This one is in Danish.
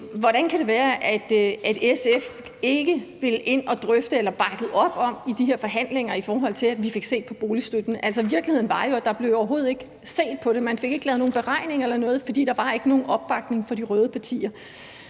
Hvordan kan det være, at SF ikke i de her forhandlinger bakkede op om, at vi fik set på boligstøtten? Altså, virkeligheden var jo, at der overhovedet ikke blev set på det; man fik ikke lavet nogen beregninger eller noget, for der var ikke nogen opbakning fra de røde partier.